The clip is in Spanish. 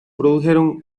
produjeron